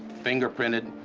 finger printed,